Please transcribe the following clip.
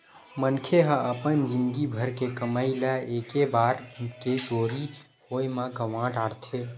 मनखे ह अपन जिनगी भर के कमई ल एके बार के चोरी होए म गवा डारथे